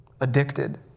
Addicted